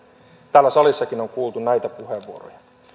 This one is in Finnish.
täällä salissakin on kuultu näitä puheenvuoroja